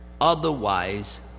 Otherwise